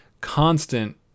constant